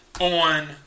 on